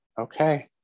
okay